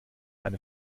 eine